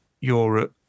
Europe